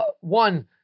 One